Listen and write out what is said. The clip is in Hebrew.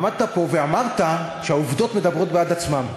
עמדת פה ואמרת שהעובדות מדברות בעד עצמן.